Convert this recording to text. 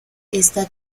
esta